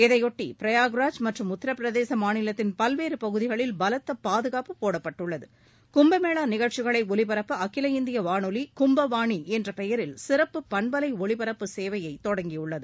இதையொட்டி பிரயாக்ராஜ் மற்றும் உத்தரபிரதேச மாநிலத்தின் பல்வேறு பகுதிகளில் பலத்த பாதுகாப்பு போடப்பட்டுள்ளது கும்ப மேளா நிகழ்ச்சிகளை ஒலிபரப்ப அகில இந்திய வானொலி கும்பவாணி என்ற பெயரில் சிறப்பு பண்பலை ஒலிபரப்பு சேவையை தொடங்கியுள்ளது